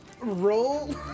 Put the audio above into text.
Roll